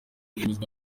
byemezwa